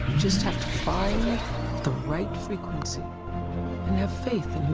just have to find the right frequency. and have faith